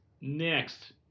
next